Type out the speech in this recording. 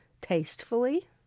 tastefully